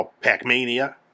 Pac-Mania